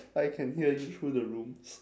I can hear you through the rooms